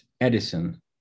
Edison